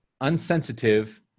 unsensitive